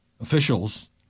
officials